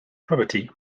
property